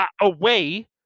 away